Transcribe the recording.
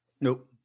Nope